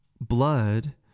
blood